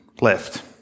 left